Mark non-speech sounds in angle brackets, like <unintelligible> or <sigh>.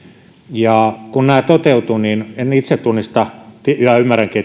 ja kun tämä toteutuu niin en itse tunnista sitä ja ymmärränkin <unintelligible>